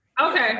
Okay